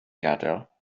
gadael